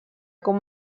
com